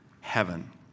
heaven